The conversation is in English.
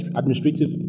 administrative